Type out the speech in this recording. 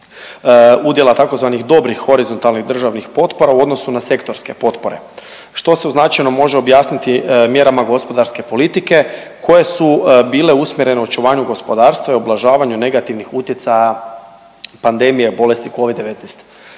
udjela tzv. dobrih horizontalnih državnih potpora u odnosu na sektorske potpore, što se u značenju možemo objasniti mjerama gospodarske politike koje su bile usmjerene u očuvanju gospodarstva i ublažavanju negativnih utjecaja pandemije bolesti Covid-19.